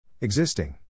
Existing